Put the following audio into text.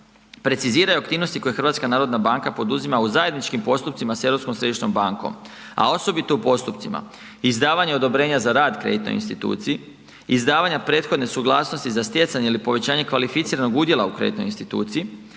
preciziraju aktivnosti koje HNB poduzima u zajedničkim postupcima sa Europskom središnjom bankom a osobito u postupcima izdavanje odobrenja za rad kreditnoj instituciji, izdavanje prethodne suglasnosti za stjecanje ili povećanje kvalificiranog udjela u kreditnoj instituciji,